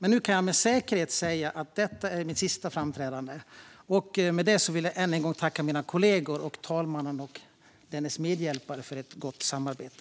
Nu kan jag dock med säkerhet säga att detta är mitt sista framträdande, och jag vill därmed ännu en gång tacka mina kollegor och talmannen och dennes medhjälpare för ett gott samarbete.